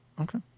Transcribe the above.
Okay